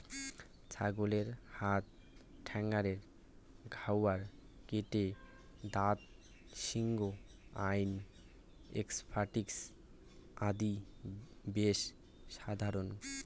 ছাগলের হাত ঠ্যাঙ্গের ঘাউয়া, গেটে বাত, পিঙ্ক আই, এনসেফালাইটিস আদি বেশ সাধারণ